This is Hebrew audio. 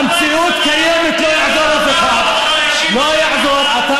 המציאות קיימת, לא יעזור לאף אחד.